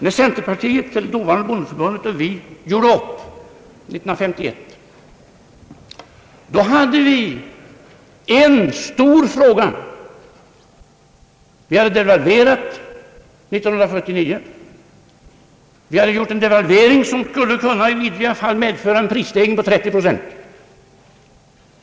När centerpartiet eller dåvarande bondeförbundet och vi gjorde upp år 1951 hade vi en stor fråga. Vi hade devalverat 1949. Vi hade gjort en devalvering som skulle kunna i vidriga fall medföra en prisstegring på 30 procent.